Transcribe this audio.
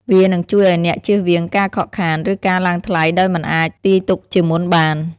វានឹងជួយឲ្យអ្នកជៀសវាងការខកខាន ឬការឡើងថ្លៃដោយមិនអាចទាយទុកជាមុនបាន។